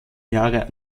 jahre